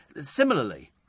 Similarly